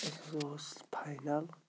اوس فاینَل